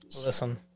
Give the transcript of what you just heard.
Listen